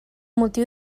motiu